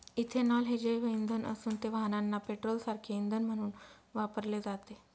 ethanol हे जैवइंधन असून ते वाहनांना पेट्रोलसारखे इंधन म्हणून वापरले जाते